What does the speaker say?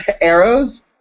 Arrows